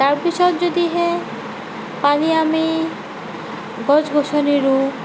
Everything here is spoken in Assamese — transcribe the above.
তাৰপিছত যদিহে পানী আমি গছ গছনি ৰুওঁ